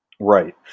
Right